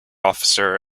officer